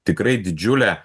tikrai didžiulė